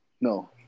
no